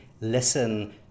listen